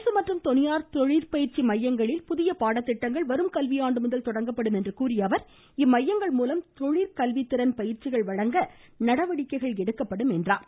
அரசு மற்றும் தனியார் தொழிற் பயிற்சி மையங்களில் புதிய பாடத்திட்டங்கள் வரும் கல்விஆண்டுமுதல் தொடங்கப்படும் என்று கூறிய அவர் இம்மையங்கள் மூலம் தொழிற்கல்வித்திறன் பயிற்சிகள் வழங்க நடவடிக்கைகள் எடுக்கப்படும் என்றார்